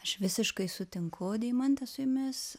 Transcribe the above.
aš visiškai sutinku deimante su jumis